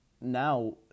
now